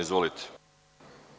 Izvolite.